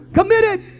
Committed